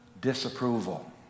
disapproval